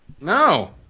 No